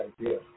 idea